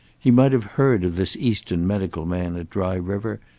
he might have heard of this eastern medical man at dry river,